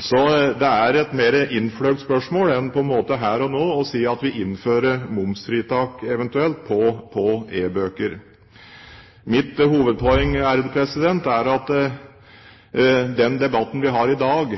Så det er et mer innfløkt spørsmål enn her og nå bare å si at vi innfører momsfritak på e-bøker. Mitt hovedpoeng er at den debatten vi har i dag,